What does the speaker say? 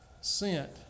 sent